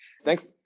Thanks